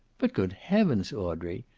but, good heavens, audrey!